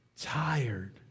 tired